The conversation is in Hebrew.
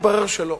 מתברר שלא.